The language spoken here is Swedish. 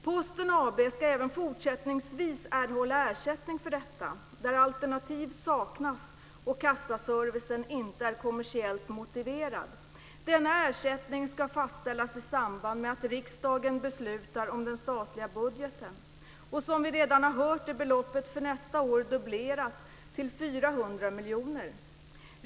Posten AB ska även fortsättningsvis erhålla ersättning för detta där alternativ saknas och kassaservicen inte är kommersiellt motiverad. Denna ersättning ska fastställas i samband med att riksdagen beslutar om den statliga budgeten. Som vi redan har hört är beloppet för nästa år dubblerat till 400 miljoner.